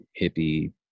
hippie